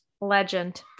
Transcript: Legend